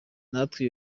natwe